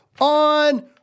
on